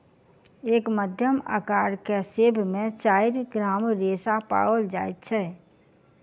एक मध्यम अकार के सेब में चाइर ग्राम रेशा पाओल जाइत अछि